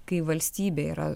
kai valstybė yra